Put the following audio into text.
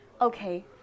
okay